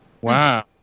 Wow